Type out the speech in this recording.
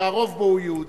שהרוב בו הוא יהודי,